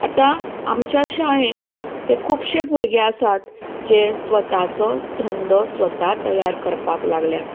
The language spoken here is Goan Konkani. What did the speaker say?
आतां आमच्या शाळेंत हे खुबशे भुरगे आसात जे स्वताचो धंदो स्वता तयार करपाक लागल्यात